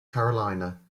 carolina